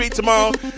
tomorrow